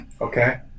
Okay